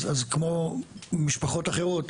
אז כמו משפחות אחרות,